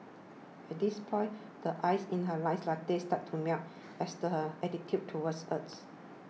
at this point the ice in her iced latte starts to melt as does her attitude towards us